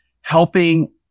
helping